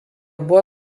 buvo